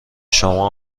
شما